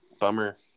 Bummer